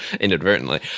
inadvertently